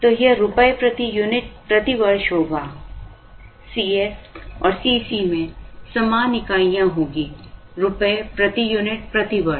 तो यह रुपये प्रति यूनिट प्रति वर्ष होगा Cs और Cc में समान इकाइयाँ होंगी रुपये प्रति यूनिट प्रति वर्ष